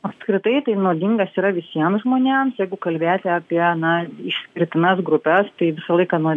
apskritai tai nuodingas yra visiems žmonėms jeigu kalbėti apie na išskirtinas grupes tai visą laiką nuo